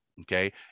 okay